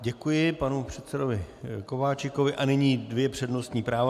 Děkuji panu předsedovi Kováčikovi a nyní dvě přednostní práva.